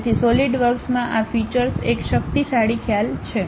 તેથી સોલિડ વર્ક્સમાં આ ફીચૅસ એક શક્તિશાળી ખ્યાલ છે